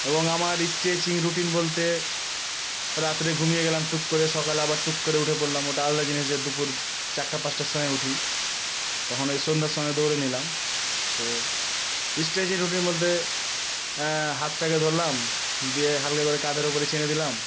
এবং আমার stretching routine বলতে রাত্রে ঘুমিয়ে গেলাম টুক করে সকালে আবার টুক করে উঠে পড়লাম ওটা আলাদা জিনিস যে দুপুর চারটা পাঁচটার সময় উঠি তখন ওই সন্ধ্যার সময় দৌড়ে নিলাম তো ওই স্ট্রেচিং রুটিন বলতে হাতটাকে ধরলাম দিয়ে হালকা করে কাঁধের ওপরে ছেড়ে দিলাম